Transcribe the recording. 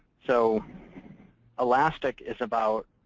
so elastic is about